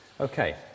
Okay